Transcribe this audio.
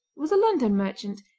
was a london merchant,